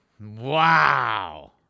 Wow